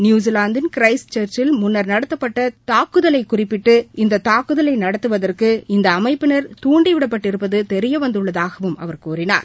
நியுசிலாந்தின் கிரைஸ் சர்ச்சில் முன்னர் நடத்தப்பட்டதாக்குதலைகுறிப்பிட்டு இந்ததாக்குதலைநடத்துவதற்கு இந்தஅமைப்பினர் துண்டிவிடப்பட்டிருப்பத்தெரியவந்தள்ளதுகவும் அவர் கூறினார்